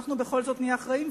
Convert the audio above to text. אנחנו בכל זאת נהיה אחראיים,